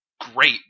great